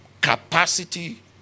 capacity